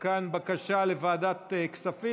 כאן בקשה לוועדת כספים.